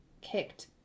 kicked